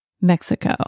Mexico